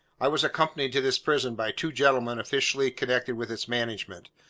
i was accompanied to this prison by two gentlemen officially connected with its management,